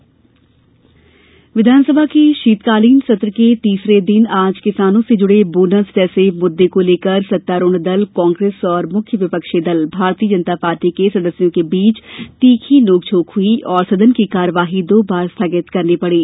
विधानसभा विधानसभा के शीतकालीन सत्र के तीसरे दिन आज किसानों से जुड़े बोनस जैसे मुद्दे को लेकर सत्तारूढ़ दल कांग्रेस और मुख्य विपक्षी दल भारतीय जनता पार्टी के सदस्यों के बीच तीखी नोंकझोंक हुयी और सदन की कार्यवाही दो बार स्थगित करना पड़ी